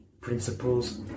principles